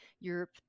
europe